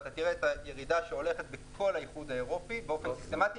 ואתה תראה את הירידה שהולכת בכל האיחוד האירופי באופן סיסטמתי,